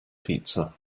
pizza